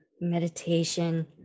meditation